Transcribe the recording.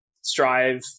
strive